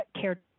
care